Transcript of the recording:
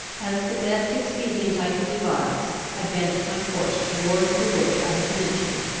as the best expedient i could devise, i bent my course towards the wood i have mentioned,